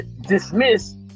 dismiss